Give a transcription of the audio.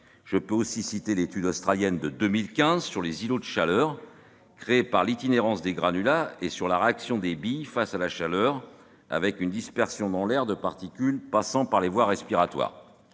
Je peux aussi citer l'étude australienne de 2015 sur les îlots de chaleur créés par l'itinérance des granulats et sur la réaction des billes face à la chaleur, avec une dispersion dans l'air de particules passant par les voies respiratoires.